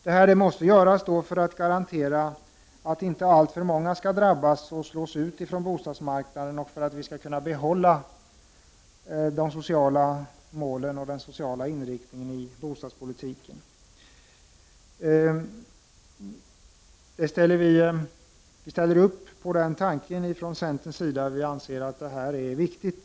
Detta måste göras för att inte alltför många skall drabbas och slås ut från bostadsmarknaden och för att vi skall kunna behålla de sociala målen och den sociala inriktningen inom bostadspolitiken. Vi i centerpartiet ställer oss bakom den tanken, och vi tycker att detta är viktigt.